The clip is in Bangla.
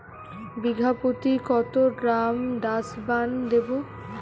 বিঘাপ্রতি কত গ্রাম ডাসবার্ন দেবো?